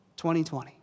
2020